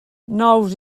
nous